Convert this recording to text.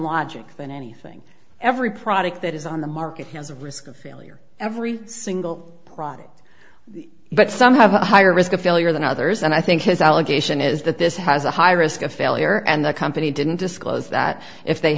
logic than anything every product that is on the market has a risk of failure every single but some have higher risk of failure than others and i think his allegation is that this has a high risk of failure and the company didn't disclose that if they